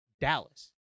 Dallas